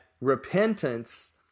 repentance